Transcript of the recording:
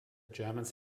germans